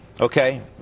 Okay